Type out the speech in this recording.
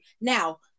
Now